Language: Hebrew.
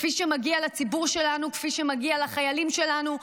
כפי שמגיע לציבור שלנו, כפי שמגיע לחיילים שלנו,